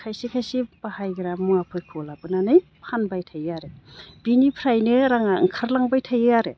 खायसे खायसे बाहायग्रा मुवाफोरखौ लाबोनानै फानबाय थायो आरो बिनिफ्रायनो राङा ओंखारलांबाय थायो आरो